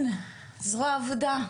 זרוע עבודה,